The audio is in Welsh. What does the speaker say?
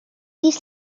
ddydd